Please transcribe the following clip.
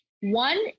One